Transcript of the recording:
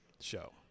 Show